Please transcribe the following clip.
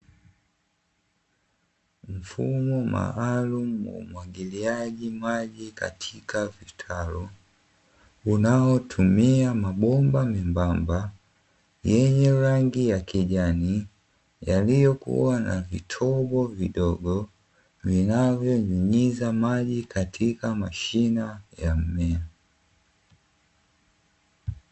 Mfumo maalum wa umwagiliaji maji katika kitalu unaotumia mabomba membamba yenye rangi ya kijani, yaliyokua na matobo madogo yanayonyunyuzia maji katika mimea.